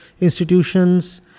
institutions